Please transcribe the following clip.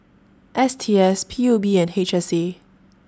S T S P U B and H S A